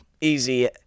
easy